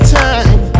time